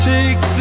Take